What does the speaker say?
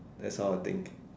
that's how I think